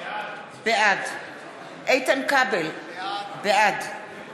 בעד איתן כבל, בעד